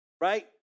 right